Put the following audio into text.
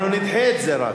אנחנו נדחה את זה.